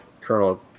Colonel